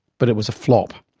but it was a flop.